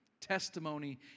Testimony